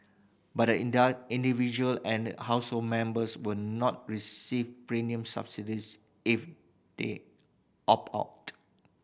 but the individual and household members will not receive premium subsidies if they opt out